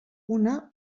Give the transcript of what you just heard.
una